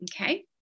okay